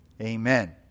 Amen